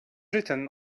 written